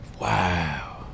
Wow